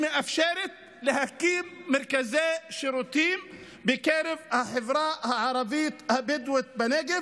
שמאפשרת להקים מרכזי שירותים בקרב החברה הערבית הבדואית בנגב,